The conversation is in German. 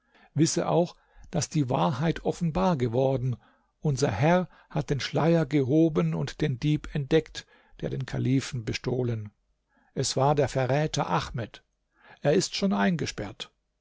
wisse auch daß die wahrheit offenbar geworden unser herr hat den schleier gehoben und den dieb entdeckt der den kalifen bestohlen es war der verräter ahmed er ist schon eingesperrt